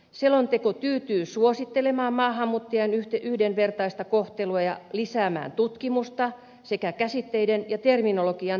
selonteko tyytyy suosittelemaan maahanmuuttajien yhdenvertaista kohtelua ja lisäämään tutkimusta sekä käsitteiden ja terminologian täsmentämistä